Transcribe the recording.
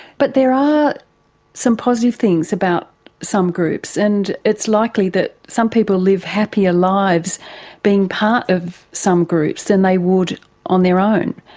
but there are some positive things about some groups and it's likely that some people live happier lives being part of some groups than they would on their own.